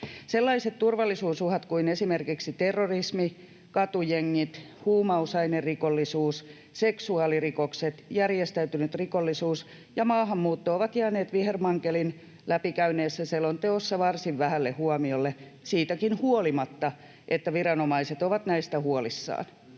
Sellaiset turvallisuusuhat kuin esimerkiksi terrorismi, katujengit, huumausainerikollisuus, seksuaalirikokset, järjestäytynyt rikollisuus ja maahanmuutto ovat jääneet vihermankelin läpi käyneessä selonteossa varsin vähälle huomiolle, siitäkin huolimatta että viranomaiset ovat näistä huolissaan.